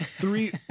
three